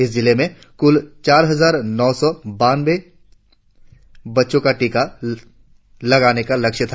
इस जिले में कुल चार हजार नौ सौ पंचानवें बच्चों को टीका लगाने का लक्ष्य था